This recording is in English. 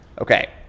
Okay